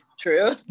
true